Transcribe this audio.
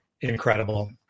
incredible